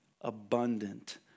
abundant